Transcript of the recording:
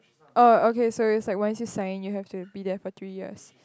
oh okay so is like once you sign you have to be there for three years